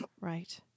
Right